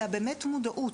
אלא באמת מודעות,